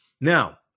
now